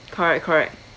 correct correct